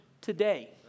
today